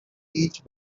each